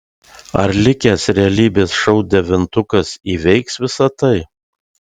ar likęs realybės šou devintukas įveiks visa tai